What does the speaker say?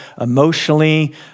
emotionally